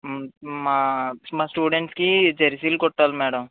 మా మా స్టూడెంట్స్ కి జెర్సీలు కుట్టాలి మ్యాడమ్